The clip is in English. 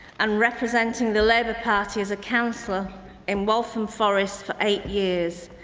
and representing the labour party as a councillor in waltham forest for eight years.